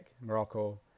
Morocco